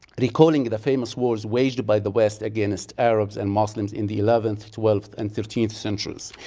recalling the famous wars waged by the west against arabs and muslim in the eleventh, twelfth and thirteenth centuries.